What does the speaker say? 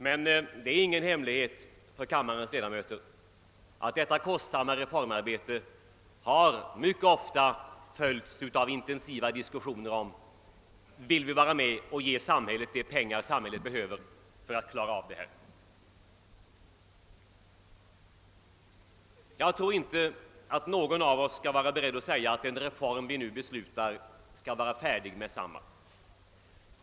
Det är emellertid ingen hemlighet för kammarens ledamöter, att detta kostsamma reformarbete mycket ofta har följts av intensiva diskussioner om man skall ge samhället de pengar samhället behöver för att klara av det. Jag tror inte att någon av oss kan vara beredd att säga, att den reform vi nu beslutat skall vara färdig med detsamma.